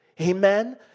amen